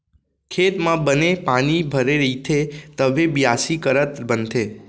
खेत म बने पानी भरे रइथे तभे बियासी करत बनथे